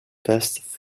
best